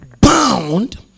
bound